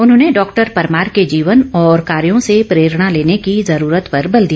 उन्होंने डॉक्टर परमार के जीवन और कार्यों से प्रेरणा लेने की ज़रूरत पर बल दिया